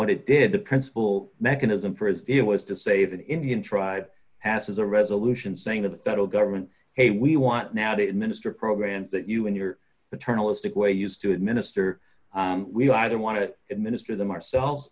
what it did the principal mechanism for as it was to save an indian tribe passes a resolution saying to the federal government hey we want now to administer programs that you in your paternalistic way used to administer we either want to administer them ourselves